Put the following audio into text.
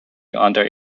under